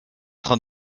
train